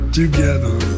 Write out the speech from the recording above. together